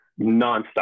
nonstop